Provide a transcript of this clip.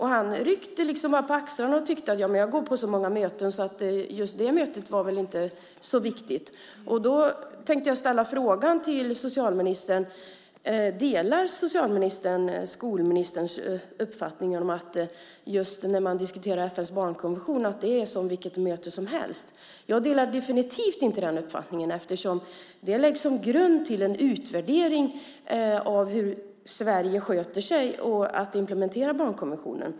Han ryckte liksom bara på axlarna och tyckte att han går på så många möten så att just det mötet väl inte var så viktigt. Jag tänkte ställa frågan till socialministern: Delar socialministern utbildningsministerns uppfattning att just när man diskuterar FN:s barnkonvention är det som vilket möte som helst? Jag delar definitivt inte den uppfattningen eftersom det läggs som grund till en utvärdering av hur Sverige sköter sig och hur vi implementerat barnkonventionen.